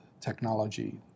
technology